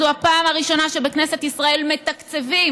זו הפעם הראשונה שבכנסת ישראל מתקצבים